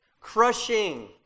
Crushing